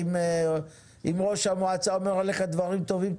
אם ראש המועצה אומר עליך דברים טובים,